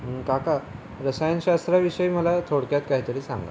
काका रसायनशास्त्राविषयी मला थोडक्यात काहीतरी सांगा